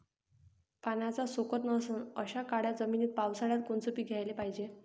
पाण्याचा सोकत नसन अशा काळ्या जमिनीत पावसाळ्यात कोनचं पीक घ्याले पायजे?